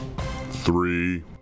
Three